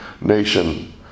nation